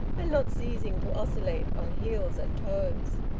and not ceasing to oscillate on heels and toes.